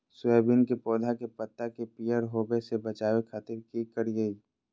Soybean के पौधा के पत्ता के पियर होबे से बचावे खातिर की करिअई?